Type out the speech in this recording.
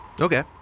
Okay